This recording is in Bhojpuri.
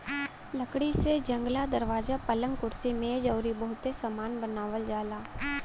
लकड़ी से जंगला, दरवाजा, पलंग, कुर्सी मेज अउरी बहुते सामान बनावल जाला